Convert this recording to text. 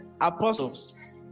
apostles